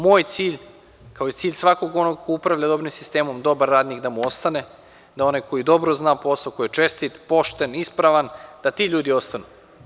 Moj cilj, kao i cilj svakog onog ko upravlja dobrim sistemom, dobar radnik da mu ostane, da oni koji dobro zna posao, koji je čestit, pošten, ispravan da ti ljudi ostanu.